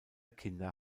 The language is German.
kinder